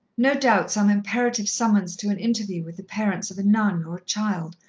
no doubt some imperative summons to an interview with the parents of a nun or a child,